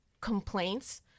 complaints